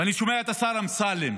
ואני שומע את השר אמסלם,